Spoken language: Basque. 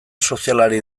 sozialari